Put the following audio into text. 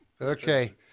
okay